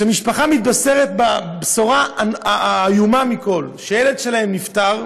כשמשפחה מתבשרת בבשורה האיומה מכול שהילד שלה נפטר,